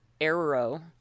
Arrow